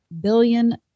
billion